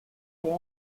pour